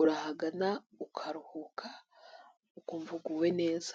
Urahagana ukaruhuka ukumva uguwe neza.